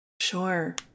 Sure